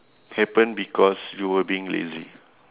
happen because you were being lazy